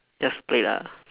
just play lah